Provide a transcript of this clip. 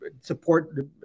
support